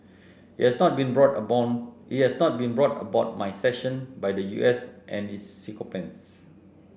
it has not been brought about it has not been brought about by sanctions by the U S and its sycophants